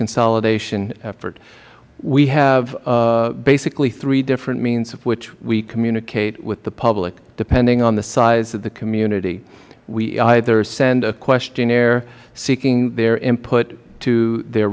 consolidation effort we have basically three different means with which we communicate with the public depending on the size of the community we either send a questionnaire seeking their input to the